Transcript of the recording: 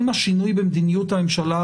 עם השינוי במדיניות הממשלה,